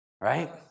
Right